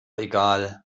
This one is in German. egal